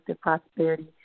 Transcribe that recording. prosperity